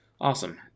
awesome